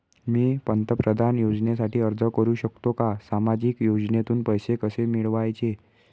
मी पंतप्रधान योजनेसाठी अर्ज करु शकतो का? सामाजिक योजनेतून पैसे कसे मिळवायचे